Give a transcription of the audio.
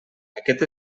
aquest